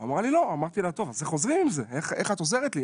אמרה לי לא, אמרתי לה: אז איך את עוזרת לי?